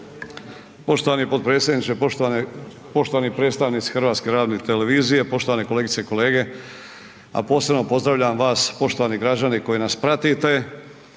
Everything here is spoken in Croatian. poštovani predstavnici HRT-a, poštovane kolegice i kolege, a posebno pozdravljam vas poštovani građani koji nas pratite